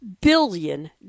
billion